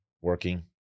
working